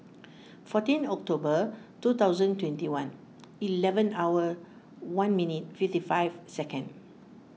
fourteen October two thousand twenty one eleven hour one minute fifty five second